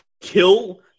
kill